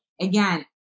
again